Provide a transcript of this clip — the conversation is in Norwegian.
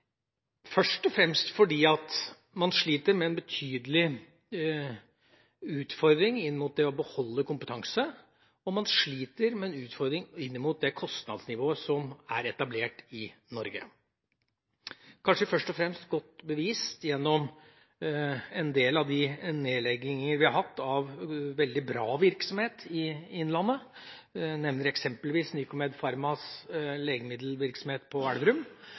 først og fremst fordi man sliter med en betydelig utfordring inn mot det å beholde kompetanse, og man sliter med en utfordring inn mot det kostnadsnivået som er etablert i Norge. Dette er kanskje først og fremst godt bevist gjennom en del av de nedlegginger vi har hatt av veldig bra virksomhet i Innlandet. Jeg nevner eksempelvis Nycomed Pharmas legemiddelvirksomhet på